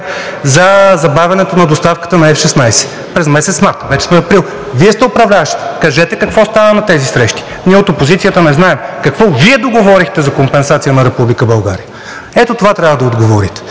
за забавянето на доставката на „F-16“.“ През месец март! Вече сме април. Вие сте управляващите, кажете какво стана на тези срещи? Ние от опозицията не знаем какво Вие договорихте за компенсация на Република България. Ето това трябва да отговорите.